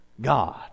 God